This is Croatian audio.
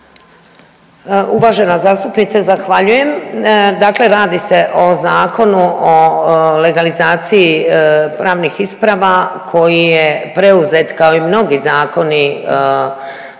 Uvažena zastupnice zahvaljujem. Dakle, radi se o Zakonu o legalizaciji pravnih isprava koji je preuzet kao i mnogi zakoni